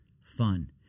fun